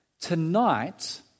tonight